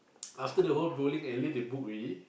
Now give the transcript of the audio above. after the whole bowling alley they book already